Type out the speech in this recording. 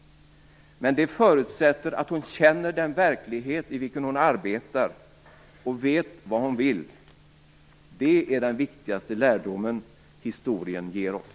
Men det förutsätter att hon känner den verklighet i vilket hon arbetar och vet vad hon vill. Det är den viktigaste lärdomen historien ger oss.